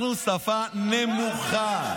אנחנו שפה נמוכה.